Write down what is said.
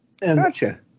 gotcha